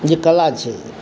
जे कला छै